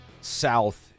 South